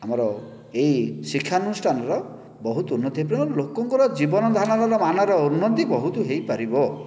ଆମର ଏଇ ଶିକ୍ଷା ଅନୁଷ୍ଠାନର ବହୁତ ଉନ୍ନତି ହେଇପାରିବ ଲୋକଙ୍କର ଜୀବନ ଧାରଣ ମାନର ଉନ୍ନତି ବହୁତ ହେଇପାରିବ